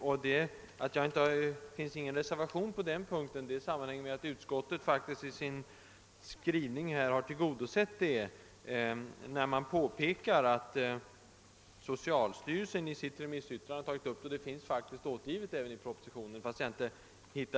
Att det inte finns någon reservation på den punkten sammanhänger med att utskottet i sin skrivning har tillgodosett önskemålet. Utskottet påpekar nämligen att socialstyrelsen i sitt remissyttrande har berört frågan; det finns återgivet även i propositionen .